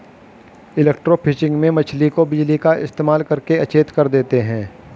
electrofishing में मछली को बिजली का इस्तेमाल करके अचेत कर देते हैं